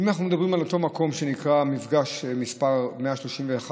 האם אנחנו מדברים על אותו מקום שנקרא מפגש מס' 131,